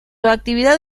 actividad